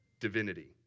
divinity